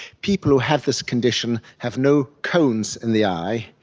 people who have this condition have no cones in the eye,